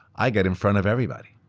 i get in front of everybody.